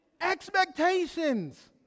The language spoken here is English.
Expectations